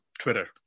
Twitter